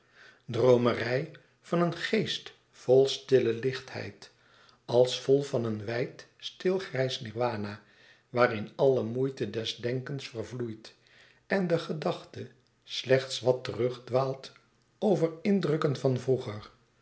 droomerij van een geest vol stille lichtheid als vol van een wijd stil grijs nirwana waarin alle moeite des denkens vervloeit en de gedachte slechts wat terugdwaalt over indrukken van vroeger